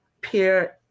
peer